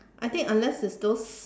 I think unless it's those